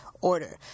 order